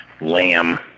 lamb